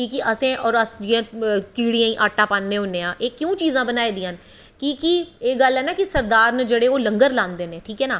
क्योंकि जियां अस कीड़ें गी आटा पान्ने होन्ने आं एह् क्यों चीज़ां बनाई दियां न कि के एह् गल्ल ऐ सरदार न जेह्ड़े ओह् लंगर लांदे न